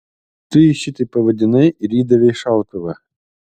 tu jį šitaip pavadinai ir įdavei šautuvą